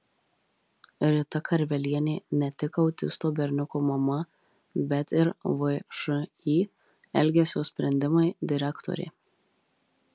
rita karvelienė ne tik autisto berniuko mama bet ir všį elgesio sprendimai direktorė